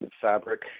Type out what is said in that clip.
fabric